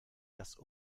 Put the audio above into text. das